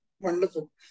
Wonderful